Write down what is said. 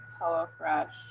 HelloFresh